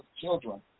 children